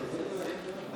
פינדרוס,